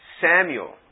Samuel